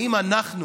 האם אנחנו